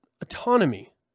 autonomy